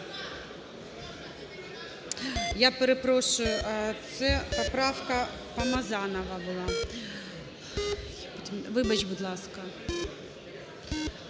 Я перепрошую, це поправка Помазанова була. Вибач, будь ласка.